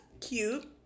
cute